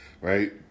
right